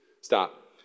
Stop